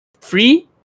Free